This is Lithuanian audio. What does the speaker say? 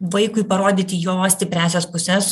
vaikui parodyti jo stipriąsias puses